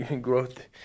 growth